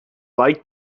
like